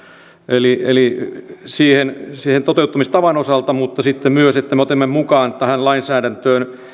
eli toteutumistavan osalta mutta sitten myös sitä että me otimme mukaan tähän lainsäädäntöön